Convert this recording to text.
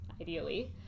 ideally